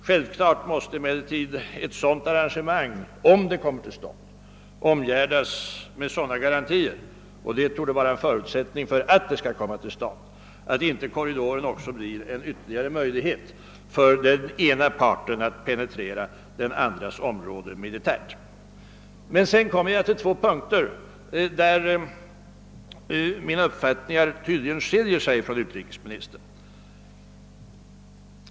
Självfallet måste emellertid ett sådant arrangemang, om det genomförs, omgärdas med sådana garantier — och det torde vara förutsättningen för att det skall komma till stånd — att korridoren inte blir en ytterligare möjlighet för den ena parten att penetrera den andra partens område militärt. På två punkter skiljer sig emellertid mina uppfattningar tydligt från utrikesministerns.